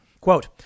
Quote